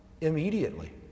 immediately